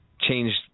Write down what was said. changed